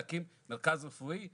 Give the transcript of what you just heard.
להקים מרכז רפואי,